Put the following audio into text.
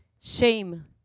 Shame